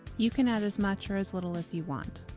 you can add as much or as little as you want.